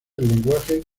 lenguaje